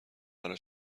برام